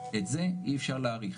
את זה אי אפשר להעריך,